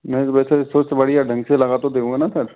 नहीं वैसे तो वैसे स्विच बढ़िया ढंग से लगा तो दोगे ना सर